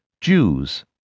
Jews